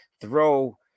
throw